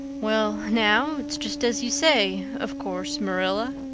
well now, it's just as you say, of course, marilla,